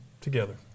together